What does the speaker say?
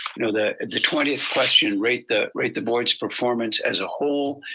you know the the twentieth question rate the rate the board's performance as a whole,